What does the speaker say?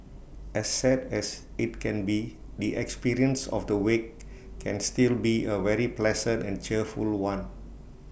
as sad as IT can be the experience of the wake can still be A very pleasant and cheerful one